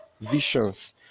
visions